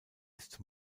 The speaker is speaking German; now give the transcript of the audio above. ist